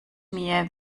mir